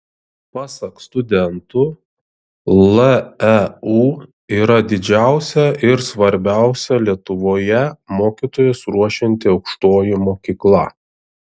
pasak studentų leu yra didžiausia ir svarbiausia lietuvoje mokytojus ruošianti aukštoji mokykla